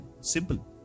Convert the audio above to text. Simple